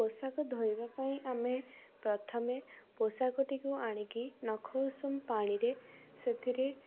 ପୋଷାକ ଧୋଇବା ପାଇଁ ଆମେ ପ୍ରଥମେ ପୋଷାକଟିକୁ ଆଣିକି ନଖ ଉଷୁମ ପାଣିରେ ସେଥିରେ